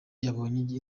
yabonye